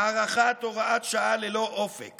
הארכת הוראת שעה ללא אופק